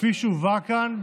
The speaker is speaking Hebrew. כפי שהובאה כאן,